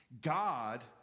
God